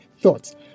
thoughts